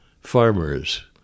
farmers